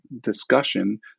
discussion